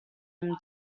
him